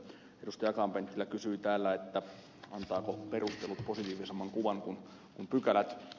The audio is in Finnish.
akaan penttilä kysyi täällä antavatko perustelut positiivisemman kuvan kuin pykälät